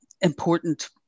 important